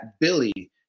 Billy